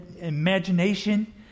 imagination